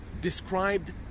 described